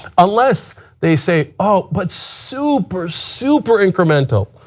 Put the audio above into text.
unless they say ah but super super incremental.